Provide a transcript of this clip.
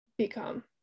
Become